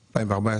2014,